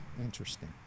Interesting